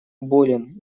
болен